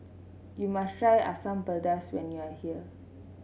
you must try Asam Pedas when you are here